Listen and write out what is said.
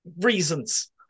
Reasons